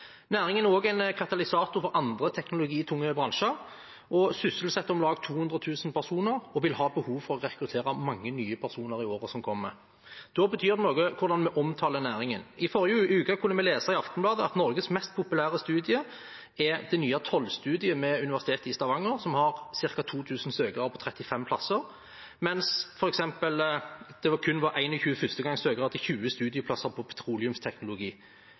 Næringen er også en katalysator for andre teknologitunge bransjer, den sysselsetter om lag 200 000 personer og vil ha behov for å rekruttere mange nye personer i årene som kommer. Da betyr det noe hvordan vi omtaler næringen. I forrige uke kunne vi lese i Aftenbladet at Norges mest populære studium er det nye tollstudiet ved Universitetet i Stavanger, som har ca. 2 000 søkere til 35 plasser, mens det f.eks. kun var 21 førstegangssøkere til 20 studieplasser på petroleumsteknologi.